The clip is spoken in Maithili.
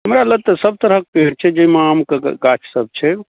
हमरा लग तऽ सभ तरहके पेड़ छै जाहिमे आमके गाछसभ छै